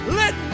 let